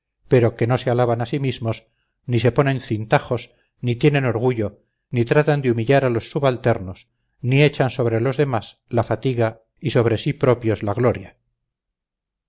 pero que no se alaban a sí mismos ni se ponen cintajos ni tienen orgullo ni tratan de humillar a los subalternos ni echan sobre los demás la fatiga y sobre sí propios la gloria